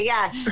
Yes